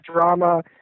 drama